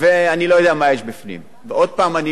ועוד פעם, אני לא מטיל דופי באף אחד.